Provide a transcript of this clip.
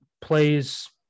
plays